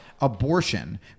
abortion